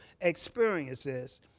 experiences